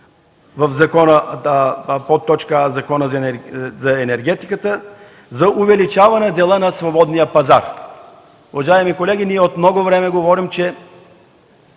чл. 94а в Закона за енергетиката за увеличаване дела на свободния пазар. Уважаеми колеги, ние от много време говорим, че